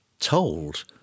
told